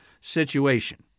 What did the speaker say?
situation